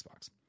Xbox